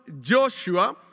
Joshua